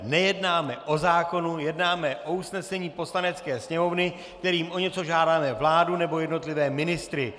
Nejednáme o zákonu, jednáme o usnesení Poslanecké sněmovny, kterým o něco žádáme vládu nebo jednotlivé ministry.